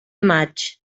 maig